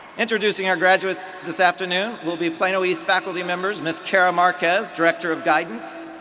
introducing our graduates this afternoon will be plano east faculty members ms. carah marquez director of guidance.